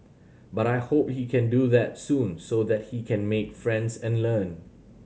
but I hope he can do that soon so that he can make friends and learn